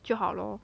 就好 lor